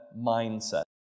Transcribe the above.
mindset